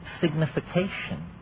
signification